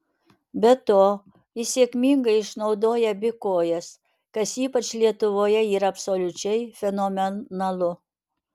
be to jis sėkmingai išnaudoja abi kojas kas ypač lietuvoje yra absoliučiai fenomenalu